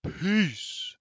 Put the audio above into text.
Peace